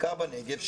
בעיקר בנגב,